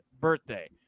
birthday